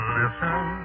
listen